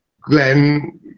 Glenn